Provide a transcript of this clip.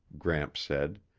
gramps said.